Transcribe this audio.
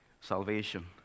salvation